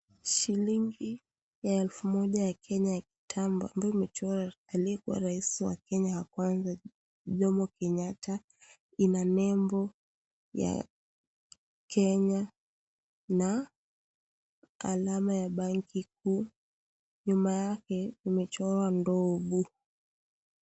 Shilingi ya elfu moja ya Kenya ya kitambo amabayo imechorwa aliyekuwa rais wa Kenya wa kwanza, Jomo Kenyatta, ina nembo ya Kenya na alama ya banki kuu, nyuma yake imechorwa ndovu.